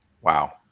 Wow